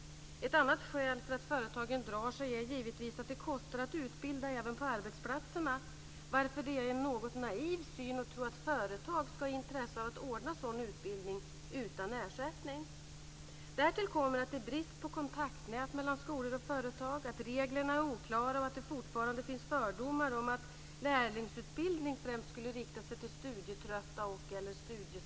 Ett annat skäl för att företagen drar sig är givetvis att det kostar att utbilda även på arbetsplatserna, varför det är en något naiv syn att tro att företag ska ha intresse av att ordna sådan utbildning utan ersättning. Därtill kommer att det är brist på kontaktnät mellan skolor och företag och att reglerna är oklara och att det fortfarande finns fördomar om att lärlingsutbildning främst skulle rikta sig till studietrötta och studiesvaga elever.